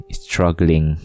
struggling